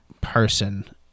person